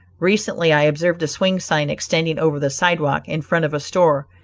recently i observed a swing sign extending over the sidewalk in front of a store,